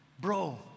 Bro